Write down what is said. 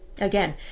Again